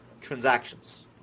transactions